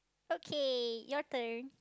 okay your turn